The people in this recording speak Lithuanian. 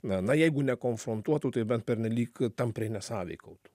na na jeigu nekonfrontuotų tai bent pernelyg tampriai nesąveikautų